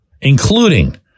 including